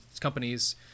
companies